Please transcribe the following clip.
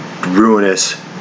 ruinous